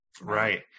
Right